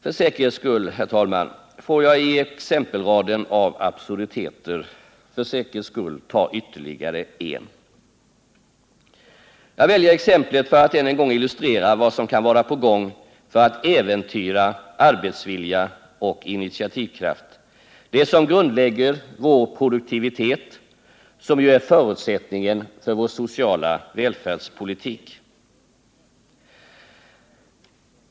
För säkerhets skull, herr talman, vill jag i exempelraden av absurditeter redovisa ytterligare en. Jag väljer exemplet för att än en gång illustrera vad som kan vara på gång för att äventyra arbetsvilja och initiativkraft, det som grundlägger vår produktivitet, som ju är förutsättningen för vår sociala välfärdspolitik.